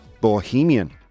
bohemian